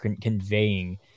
conveying